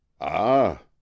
Ah